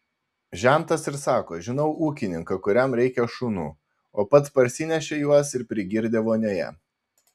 žentas ir sako žinau ūkininką kuriam reikia šunų o pats parsinešė juos ir prigirdė vonioje